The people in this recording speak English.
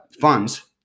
funds